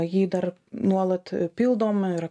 jį dar nuolat pildom ir